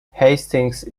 hastings